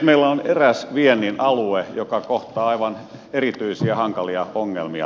meillä on eräs viennin alue joka kohtaa aivan erityisiä hankalia ongelmia